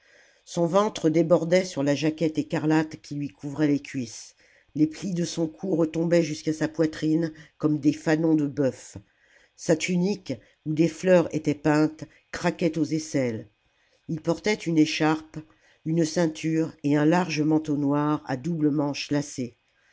son ventre débordait sur la jaquette écarlate qui lui couvrait les cuisses les plis de son cou retombaient jusqu'à sa poitrine comme des fanons de bœuf sa tunique où des fleurs étaient peintes craquait aux aisselles il portait une écharpe une ceinture et un large manteau noir à doubles manches lacées